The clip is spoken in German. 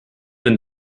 denn